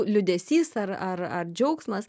liūdesys ar ar ar džiaugsmas